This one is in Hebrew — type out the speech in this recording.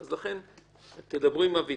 אז צריך להוסיף פה "לעכבם ו/או לבטלם",